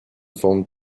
formed